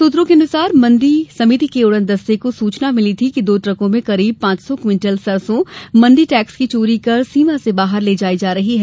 सूत्रों के अनुसार मंडी समिति के उड़न दस्ते को सूचना मिली थी कि दो ट्रकों में करीब पांच सौ क्विंटल सरसों मंडी टेक्स की चोरी कर सीमा से बाहर ले जाई जा रही है